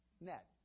net